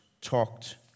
talked